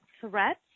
Threats